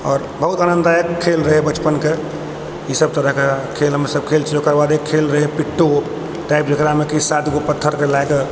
आओर बहुत आनन्ददायक खेल रहै बचपनके ईसब तरहकेँ खेल हमे सब खेलने छी ओकर बाद एक खेल रहै पिट्टो टाइपके जकरामे कि सातगो पत्थर फैला कऽ